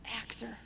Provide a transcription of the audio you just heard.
actor